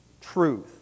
truth